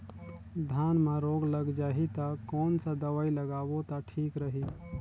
धान म रोग लग जाही ता कोन सा दवाई लगाबो ता ठीक रही?